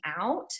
out